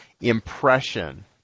impression